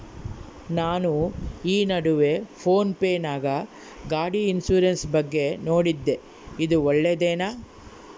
ನಾನು ಈ ನಡುವೆ ಫೋನ್ ಪೇ ನಾಗ ಗಾಡಿ ಇನ್ಸುರೆನ್ಸ್ ಬಗ್ಗೆ ನೋಡಿದ್ದೇ ಇದು ಒಳ್ಳೇದೇನಾ?